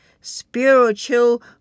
spiritual